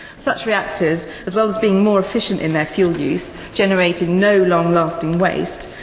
such reactors as well as being more efficient in their fuel use generating no long lasting waste,